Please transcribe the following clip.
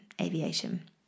aviation